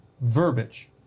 verbiage